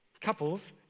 couples